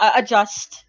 adjust